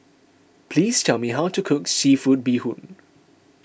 please tell me how to cook Seafood Bee Hoon